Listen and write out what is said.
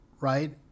right